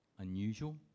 unusual